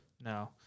No